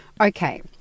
okay